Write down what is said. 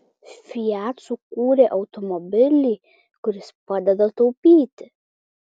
fiat sukūrė automobilį kuris padeda taupyti